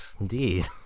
Indeed